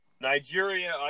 Nigeria